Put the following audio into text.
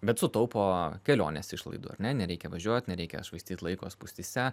bet sutaupo kelionės išlaidų ar ne nereikia važiuot nereikia švaistyt laiko spūstyse